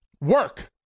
work